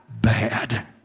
bad